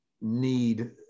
need